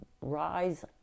rise